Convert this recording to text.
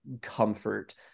comfort